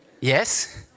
Yes